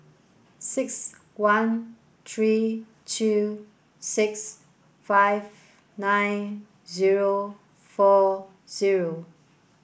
six one three two six five nine zero four zero